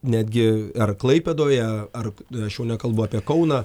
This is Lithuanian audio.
netgi ar klaipėdoje ar aš jau nekalbu apie kauną